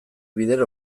bider